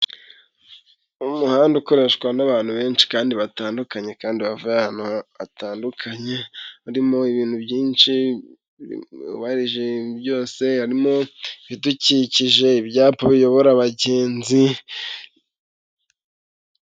Umuhanda ukoreshwa n'abantu benshi kandi batandukanye, kandi bava ahantu hatandukanye, harimo ibintu byinshi ubarije ibintu byose, harimo ibidukikije ibyapa biyobora abagenzi.